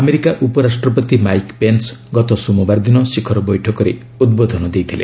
America ଉପରାଷ୍ଟ୍ରପତି Mike Pence ଗତ ସୋମବାର ଦିନ ଶିଖର ବୈଠକରେ ଉଦ୍ବୋଧନ ଦେଇଥିଲେ